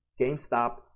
GameStop